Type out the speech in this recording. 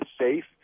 safe